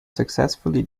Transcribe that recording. successively